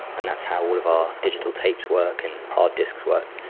and that's how all of our digital tapes work and hard disks work.